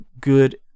good